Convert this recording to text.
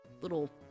little